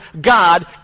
God